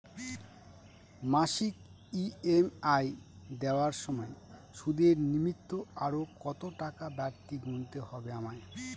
মাসিক ই.এম.আই দেওয়ার সময়ে সুদের নিমিত্ত আরো কতটাকা বাড়তি গুণতে হবে আমায়?